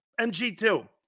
MG2